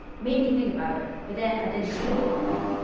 made me think about it, but then i didn't change anything.